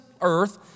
earth